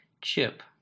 chip